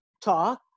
talk